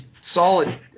solid